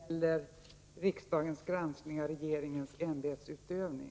Jag vill bara erinra om att debatten gäller riksdagens granskning av regeringens ämbetsutövning.